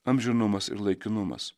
amžinumas ir laikinumas